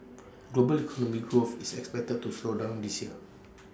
global economic growth is expected to slow down this year